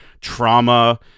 trauma